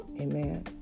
Amen